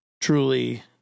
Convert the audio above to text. truly